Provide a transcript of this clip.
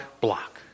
block